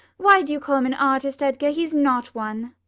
why do you call him an artist, edgar? he's not one.